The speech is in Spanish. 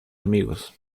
amigos